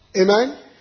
Amen